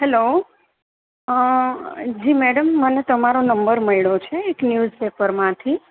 hello ji મને madam તમારો number મળ્યો છે એક ન્યુઝ પેપરમાંથી